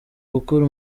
gukora